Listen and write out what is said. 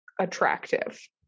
attractive